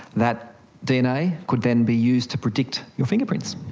that dna could then be used to predict your fingerprints,